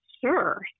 Sure